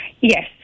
Yes